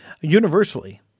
universally